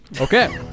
Okay